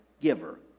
giver